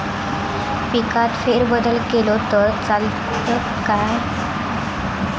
पिकात फेरबदल केलो तर चालत काय?